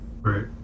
right